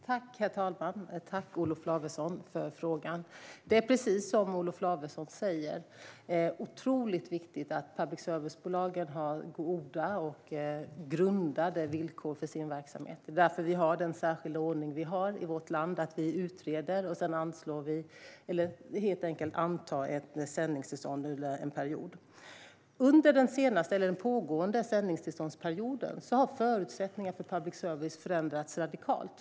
Herr talman! Tack, Olof Lavesson, för frågan! Det är, precis som Olof Lavesson säger, otroligt viktigt att public service-bolagen har goda och grundade villkor för sin verksamhet. Det är därför vi har den särskilda ordning som vi har i vårt land - vi utreder, och sedan utfärdar vi sändningstillstånd under en period. Under den pågående sändningstillståndsperioden har förutsättningarna för public service förändrats radikalt.